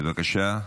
בבקשה.